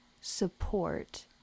support